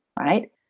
right